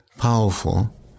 powerful